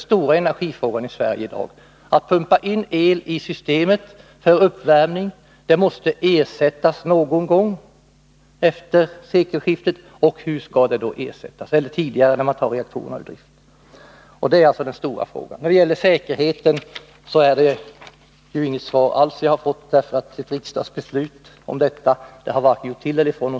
Man pumpar alltså in el i systemet för uppvärmning. Det måste ersättas någon gång efter sekelskiftet, eller kanske tidigare, när man tar reaktorerna ur drift. Den stora energifrågan i Sverige i dag är alltså hur detta skall ske. När det gäller säkerheten har jag inte fått något svar alls. Ett riksdagsbeslut i detta sammanhang gör ju varken till eller från.